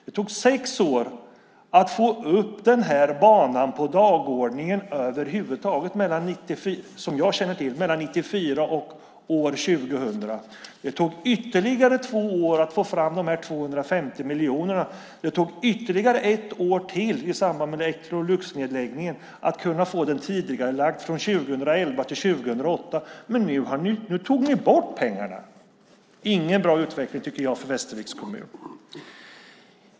Det tog sex år, vad jag känner till, att över huvud taget få upp banan på dagordningen - från 1994 till 2000. Det tog ytterligare två år att få fram de 250 miljonerna. Därefter tog det ännu ett år att - i samband med Electroluxnedläggningen - få den tidigarelagd, från 2011 till 2008. Men sedan tog ni bort pengarna! Det tycker jag inte är någon bra utveckling för Västerviks kommun.